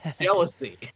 jealousy